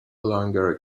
longer